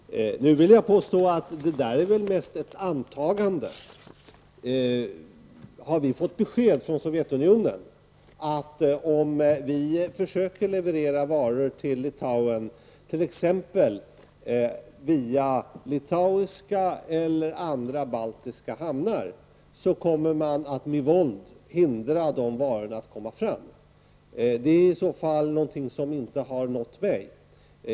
Nu vill jag påstå att det mest är ett antagande. Har vi i Sverige fått besked från Sovjetunionen om att Sovjetunionen, om vi försöker leverera varor till Litauen, t.ex. via litauiska eller andra baltiska hamnar, med våld kommer att hindra dessa varor att komma fram? Det är i så fall något som inte har nått mig.